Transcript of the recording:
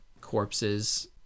corpses